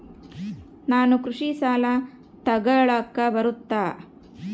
ನಾನು ಕೃಷಿ ಸಾಲ ತಗಳಕ ಬರುತ್ತಾ?